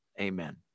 Amen